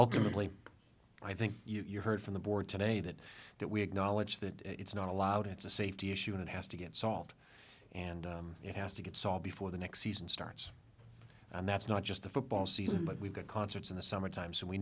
ultimately i think you've heard from the board today that that we acknowledge that it's not allowed it's a safety issue and it has to get solved and it has to get saw before the next season starts and that's not just the football season but we've got concerts in the summertime so we